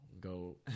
go